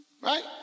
Right